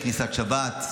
עד כניסת שבת,